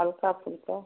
हल्का फुल्का